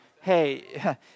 Hey